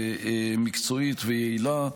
מקצועית ויעילה.